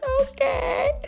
okay